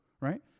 right